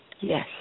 Yes